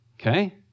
Okay